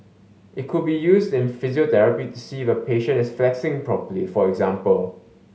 it could be used in physiotherapy to see if a patient is flexing properly for example